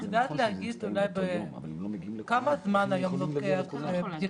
את יודעת להגיד כמה זמן היום לוקח בדיקה?